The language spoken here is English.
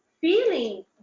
feeling